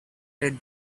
let